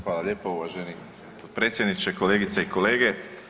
Hvala lijepo uvaženi potpredsjedniče, kolegice i kolege.